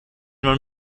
man